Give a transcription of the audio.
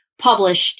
published